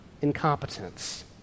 incompetence